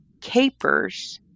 capers